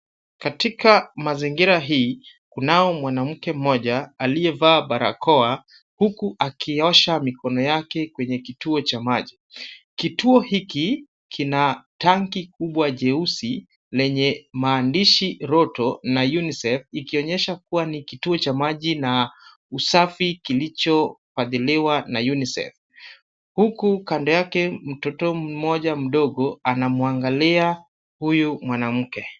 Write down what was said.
Katika mazingira hii, kunao mwanamke mmoja aliyevaa barakoa, huku akiosha mikono yake kwenye kituo cha maji. Kituo hiki kina tanki kubwa jeusi lenye maandishi ROTO na UNICEF kuonyesha kuwa ni kituo cha maji na usafi kilichofadhiliwa na UNICEF. Mbele yako mtoto mdogo mmoja anamwangalia huyu mwanamke.